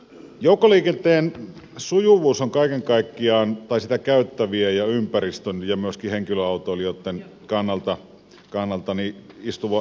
joukkoliikenteen sujuvuus on sitä käyttävien ja ympäristön ja myöskin henkilöautoilijoitten kannalta iso etu